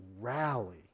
rally